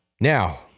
Now